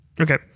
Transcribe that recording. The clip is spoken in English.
Okay